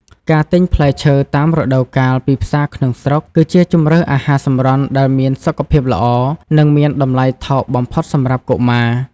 ការទិញផ្លែឈើតាមរដូវកាលពីផ្សារក្នុងស្រុក គឺជាជម្រើសអាហារសម្រន់ដែលមានសុខភាពល្អ និងមានតម្លៃថោកបំផុតសម្រាប់កុមារ។